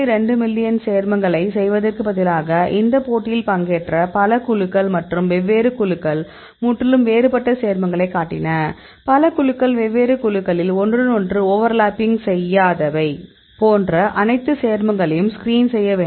2 million சேர்மங்களைச் செய்வதற்கு பதிலாக இந்த போட்டியில் பங்கேற்ற பல குழுக்கள் மற்றும் வெவ்வேறு குழுக்கள் முற்றிலும் வேறுபட்ட சேர்மங்களைக் காட்டின பல குழுக்கள் வெவ்வேறு குழுக்களில் ஒன்றுடன் ஒன்று ஓவர்லப்பிங் செய்யாதது போன்ற அனைத்து சேர்ங்களையும் ஸ்கிரீன் செய்ய வேண்டும்